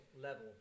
level